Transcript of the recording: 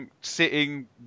sitting